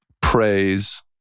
praise